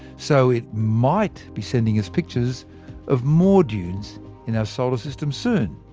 so, it might be sending us pictures of more dunes in our solar system soon.